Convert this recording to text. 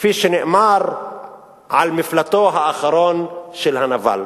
כפי שנאמר על מפלטו האחרון של הנבל.